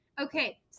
Okay